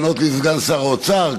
הצבעה במועד אחר.